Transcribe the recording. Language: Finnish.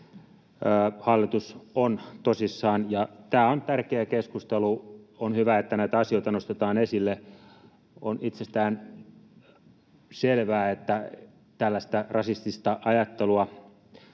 Hallitus on tosissaan, ja tämä on tärkeä keskustelu. On hyvä, että näitä asioita nostetaan esille. On itsestään selvää, että rasistista ajattelua